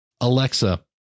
Alexa